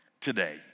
today